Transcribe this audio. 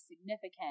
significant